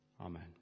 Amen